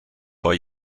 vor